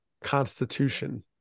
Constitution